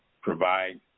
provide